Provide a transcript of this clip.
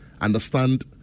understand